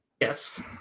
Yes